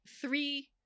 Three